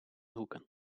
hoeken